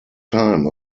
time